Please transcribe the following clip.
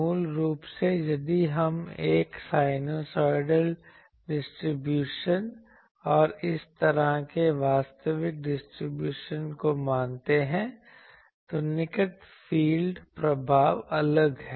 मूल रूप से यदि हम एक साइनूसोइडल डिस्ट्रीब्यूशन और इस तरह के वास्तविक डिस्ट्रीब्यूशन को मानते हैं तो निकट फील्ड प्रभाव अलग है